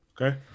okay